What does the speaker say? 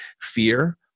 fear